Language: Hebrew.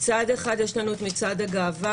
מצד אחד יש לנו את מצעד הגאווה,